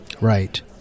Right